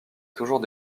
toujours